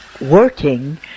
working